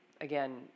again